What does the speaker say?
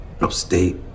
upstate